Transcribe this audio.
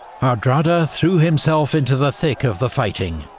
hardrada threw himself into the thick of the fighting,